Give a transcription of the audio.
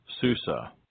Susa